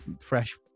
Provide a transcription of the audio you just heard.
fresh